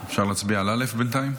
התשפ"ג 2023,